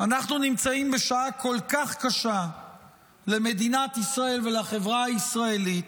אנחנו נמצאים בשעה כל כך קשה למדינת ישראל ולחברה הישראלית,